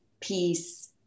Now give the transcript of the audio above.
peace